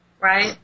right